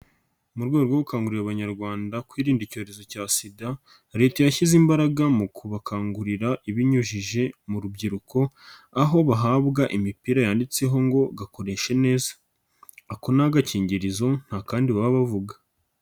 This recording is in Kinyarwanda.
Mu rwego rwo gukangurira abanyarwanda kwirinda icyorezo cya Sida, leta yashyize imbaraga mu kubakangurira ibinyujije mu rubyiruko, aho bahabwa imipira yanditseho ngo gakoresha neza. Ako ni agakingirizo nta kandi baba bavuga.